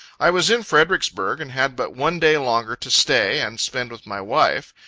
i was in fredericksburg, and had but one day longer to stay, and spend with my wife.